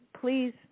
please